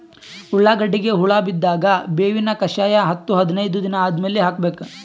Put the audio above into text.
ಉಳ್ಳಾಗಡ್ಡಿಗೆ ಹುಳ ಬಿದ್ದಾಗ ಬೇವಿನ ಕಷಾಯ ಹತ್ತು ಹದಿನೈದ ದಿನ ಆದಮೇಲೆ ಹಾಕಬೇಕ?